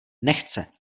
nechce